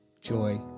joy